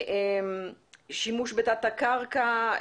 שימוש בתת הקרקע,